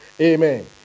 amen